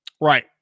Right